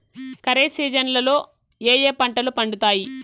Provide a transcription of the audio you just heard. ఖరీఫ్ సీజన్లలో ఏ ఏ పంటలు పండుతాయి